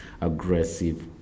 aggressive